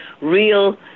real